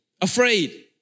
afraid